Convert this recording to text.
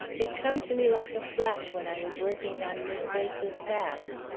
it come to me like a flash when i was working on mis' bates's basque.